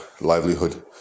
livelihood